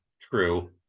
true